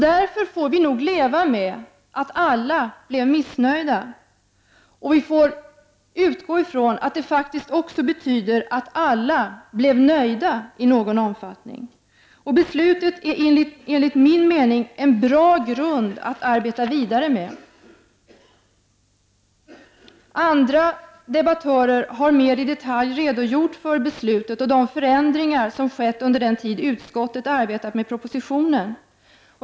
Därför får vi nog leva med att alla blir missnöjda. Och vi får utgå från att det faktiskt också betyder att alla blev nöjda i någon omfattning. Beslutet är enligt min mening en bra grund att arbeta vidare med. Andra debattörer har mer i detalj redogjort för beslutet och de förändringar som har skett under den tid som utskottet har arbetat med propositionen.